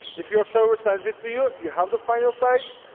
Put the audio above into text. if your server sends it to you, you have the final size.